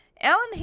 Alan